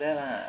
~her lah